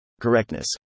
Correctness